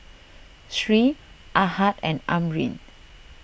Sri Ahad and Amrin